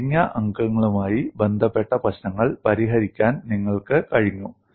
മെലിഞ്ഞ അംഗങ്ങളുമായി ബന്ധപ്പെട്ട പ്രശ്നങ്ങൾ പരിഹരിക്കാൻ നിങ്ങൾക്ക് കഴിഞ്ഞു